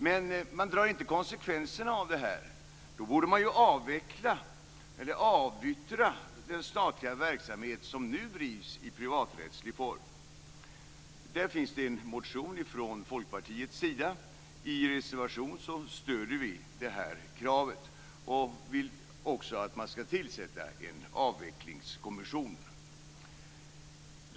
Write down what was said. Men man drar inte konsekvenserna av detta, för då borde man ju avyttra den statliga verksamhet som nu drivs i privaträttslig form. Om detta finns det en motion från Folkpartiets sida. I en reservation stöder vi kravet och vill också att man skall tillsätta en avvecklingskommissionen.